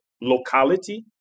locality